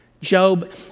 Job